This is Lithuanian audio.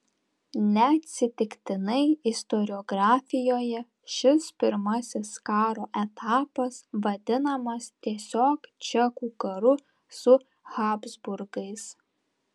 neatsitiktinai istoriografijoje šis pirmasis karo etapas vadinamas tiesiog čekų karu su habsburgais